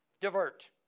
Divert